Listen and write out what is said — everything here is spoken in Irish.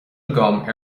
agam